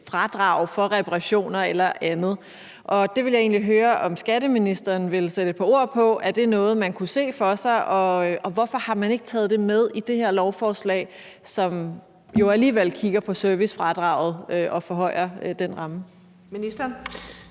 fradrag for reparationer eller andet. Det vil jeg egentlig høre om skatteministeren vil sætte et par ord på. Er det noget, man kunne se for sig? Og hvorfor har man ikke taget det med i det her lovforslag, hvor man jo alligevel kigger på servicefradraget og forhøjer den ramme? Kl.